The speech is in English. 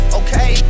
okay